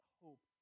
hope